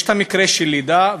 יש המקרה של לידה,